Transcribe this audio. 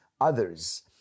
others